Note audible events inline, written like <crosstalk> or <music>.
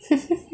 <laughs>